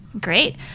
Great